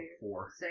four